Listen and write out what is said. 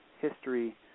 history